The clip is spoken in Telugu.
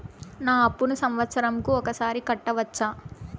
నా అప్పును సంవత్సరంకు ఒకసారి కట్టవచ్చా?